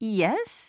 Yes